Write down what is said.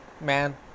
man